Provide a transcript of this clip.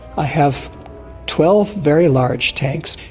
i have twelve very large tanks,